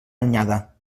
anyada